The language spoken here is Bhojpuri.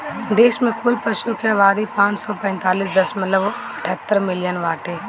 देश में कुल पशु के आबादी पाँच सौ पैंतीस दशमलव अठहत्तर मिलियन बाटे